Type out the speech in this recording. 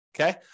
okay